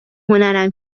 هنرم